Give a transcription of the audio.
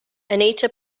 anita